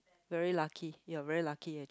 very lucky you are very lucky actua~